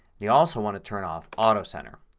you also want to turn off autocenter.